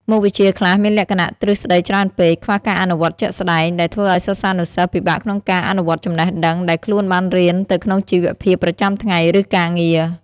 មុខវិជ្ជាខ្លះមានលក្ខណៈទ្រឹស្តីច្រើនពេក ខ្វះការអនុវត្តជាក់ស្តែង ដែលធ្វើឱ្យសិស្សានុសិស្សពិបាកក្នុងការអនុវត្តចំណេះដឹងដែលខ្លួនបានរៀនទៅក្នុងជីវភាពប្រចាំថ្ងៃ ឬការងារ។